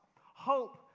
hope